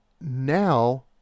now